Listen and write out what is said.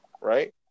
right